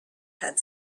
had